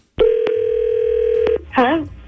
Hello